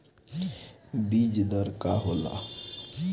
बीज दर का होला?